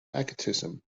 egotism